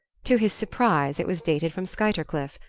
to his surprise it was dated from skuytercliff,